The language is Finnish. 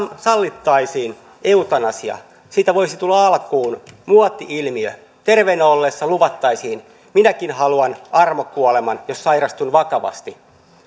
sallittaisiin eutanasia siitä voisi tulla alkuun muoti ilmiö terveenä ollessa luvattaisiin että minäkin haluan armokuoleman jos sairastun vakavasti